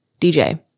DJ